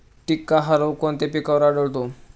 टिक्का हा रोग कोणत्या पिकावर आढळतो?